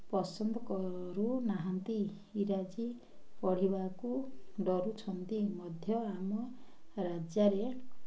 ପସନ୍ଦ କରୁନାହାନ୍ତି ଇଂରାଜୀ ପଢ଼ିବାକୁ ଡରୁଛନ୍ତି ମଧ୍ୟ ଆମ ରାଜ୍ୟରେ